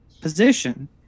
position